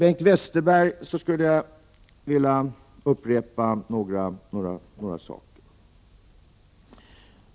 Jag skulle vilja upprepa några saker för Bengt Westerberg.